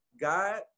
god